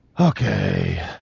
Okay